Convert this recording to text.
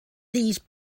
these